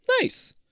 Nice